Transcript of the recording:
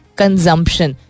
consumption